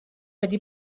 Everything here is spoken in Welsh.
wedi